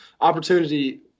opportunity